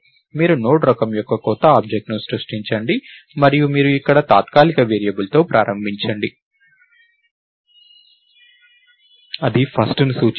మీరు నోడ్ రకం యొక్క కొత్త ఆబ్జెక్ట్ను సృష్టించండి మరియు మీరు ఇక్కడ తాత్కాలిక వేరియబుల్తో ప్రారంభించండి అది ఫస్ట్ ను సూచిస్తుంది